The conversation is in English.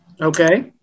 Okay